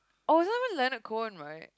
oh is not even feathered cone right